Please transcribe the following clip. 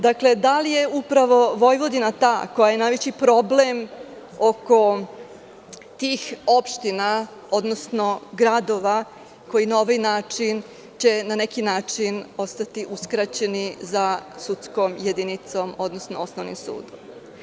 Da li je upravu Vojvodina ta koja je najveći problem oko tih opština, odnosno gradova koji na ovaj način će na neki način ostati uskraćeni za sudskom jedinicom, odnosno osnovnim sudom?